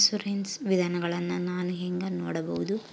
Insurance ವಿಧಗಳನ್ನ ನಾನು ಹೆಂಗ ನೋಡಬಹುದು?